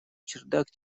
чердак